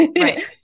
Right